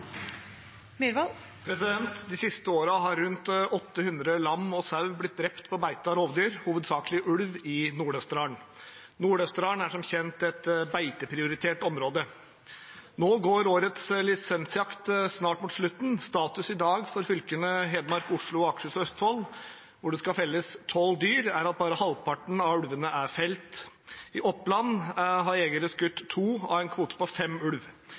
siste hovedspørsmål. De siste årene har rundt 800 lam og sau blitt drept på beite av rovdyr, hovedsakelig ulv, i Nord-Østerdalen. Nord-Østerdalen er som kjent et beiteprioritert område. Nå går årets lisensjakt snart mot slutten. Status i dag for fylkene Hedmark, Oslo, Akershus og Østfold, hvor det skal felles tolv dyr, er at bare halvparten av ulvene er felt. I Oppland har jegere skutt to av en kvote på fem ulv.